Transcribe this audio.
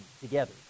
together